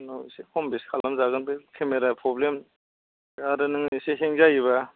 उनाव एसे खम बेस खालामजागोन बे केमेरा प्रब्लेम आरो नों एसे हें जायोबा